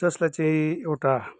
जसलाई चाहिँ एउटा